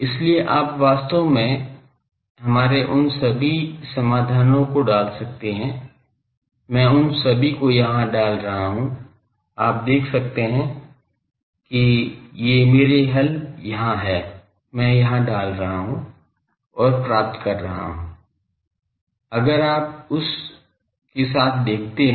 इसलिए आप वास्तव में हमारे उन सभी समाधानों को डाल सकते हैं मैं उन सभी को यहां डाल रहा हूं आप देख सकते हैं कि ये मेरे हल यहां हैं मैं यहां डाल रहा हूं और प्राप्त कर रहा हूँ अगर आप उस के साथ देखते हैं